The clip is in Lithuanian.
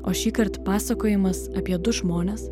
o šįkart pasakojimas apie du žmones